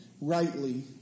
rightly